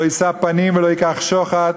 לא ישא פנים ולא יקח שֹחד,